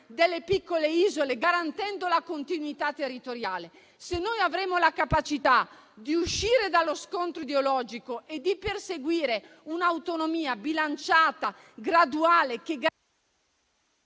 delle piccole isole, garantendo la continuità territoriale. Se avremo la capacità di uscire dallo scontro ideologico e di perseguire un'autonomia bilanciata e graduale... *(Il